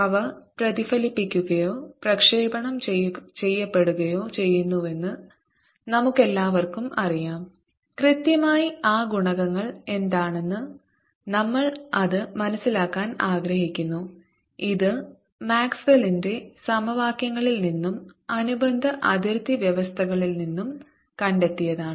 അവ പ്രതിഫലിപ്പിക്കുകയോ പ്രക്ഷേപണം ചെയ്യപ്പെടുകയോ ചെയ്യുന്നുവെന്ന് നമുക്കെല്ലാവർക്കും അറിയാം കൃത്യമായി ആ ഗുണകങ്ങൾ എന്താണെന്ന് നമ്മൾ അത് മനസിലാക്കാൻ ആഗ്രഹിക്കുന്നു ഇത് മാക്സ്വെല്ലിന്റെ സമവാക്യങ്ങളിൽ നിന്നും അനുബന്ധ അതിർത്തി വ്യവസ്ഥകളിൽ നിന്നും കണ്ടെത്തിയതാണ്